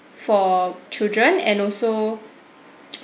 for children and also